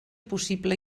possible